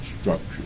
structure